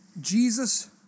Jesus